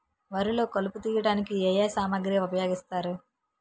వరిలో కలుపు తియ్యడానికి ఏ ఏ సామాగ్రి ఉపయోగిస్తారు?